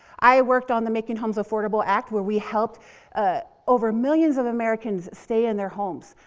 i worked on the making homes affordable act, where we helped over millions of americans stay in their homes.